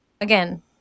Again